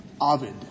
Ovid